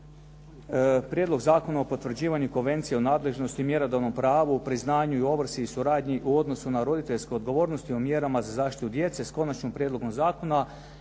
Prijedlog Zakona o potvrđivanju Konvencije o nadležnosti i mjerodavnom pravu, priznanju i ovrsi i suradnji u odnosu na roditeljsku odgovornost i o mjerama za zaštitu djece sa konačnim prijedlogom zakona